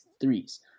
threes